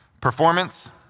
performance